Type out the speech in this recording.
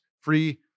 free